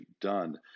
done